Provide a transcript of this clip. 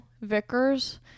Vickers